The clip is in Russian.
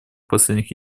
последних